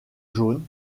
jaune